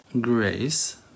grace